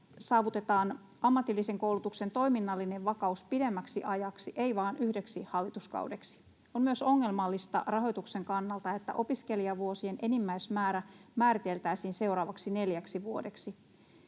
saavutetaan ammatillisen koulutuksen toiminnallinen vakaus pidemmäksi ajaksi, ei vain yhdeksi hallituskaudeksi. On myös ongelmallista rahoituksen kannalta, että opiskelijavuosien enimmäismäärä määriteltäisiin seuraavaksi neljäksi vuodeksi.